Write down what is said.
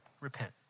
repent